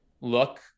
look